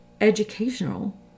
educational